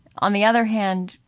on the other hand,